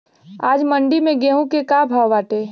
आज मंडी में गेहूँ के का भाव बाटे?